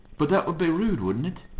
but that would be rude, wouldn't it?